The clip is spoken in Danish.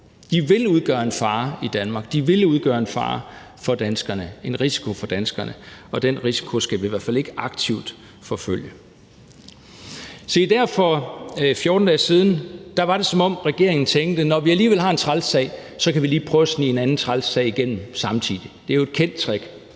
De vil udgøre en fare i Danmark, de vil udgøre en fare og en risiko for danskerne, og den risiko skal vi i hvert fald ikke aktivt udsætte os for. Se, der for 14 dage siden var det, som om regeringen tænkte, at når den alligevel havde en træls sag, kunne den lige prøve at snige en anden træls sag igennem samtidig – det er jo et kendt trick.